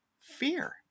fear